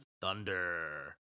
Thunder